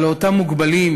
אבל לאותם מוגבלים